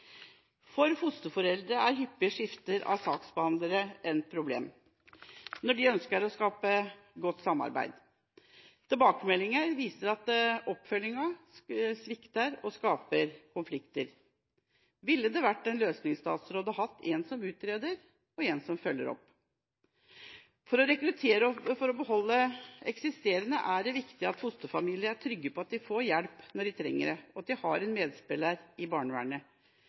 For fosterforeldre er hyppige skifter av saksbehandlere et problem når en ønsker å skape et godt samarbeid. Tilbakemeldinger viser at oppfølginga svikter og skaper konflikter. Ville det vært en løsning å ha en som utreder, og en som følger opp? For å rekruttere og beholde eksisterende fosterfamilier er det viktig at fosterfamiliene er trygge på at de får hjelp når de trenger det, og at de har en medspiller i barnevernet.